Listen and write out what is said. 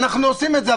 אנחנו עושים את זה,